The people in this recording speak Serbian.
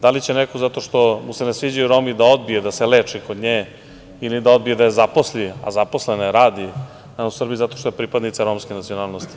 Da li će neko zato što mu se ne sviđaju Romi da odbije da se leči kod nje ili da je odbije da je zaposli, a zaposlena je, radi, ali ne u Srbiji, zato što je pripadnica romske nacionalnosti?